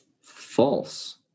False